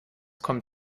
kommt